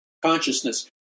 consciousness